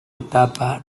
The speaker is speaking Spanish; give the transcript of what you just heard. etapa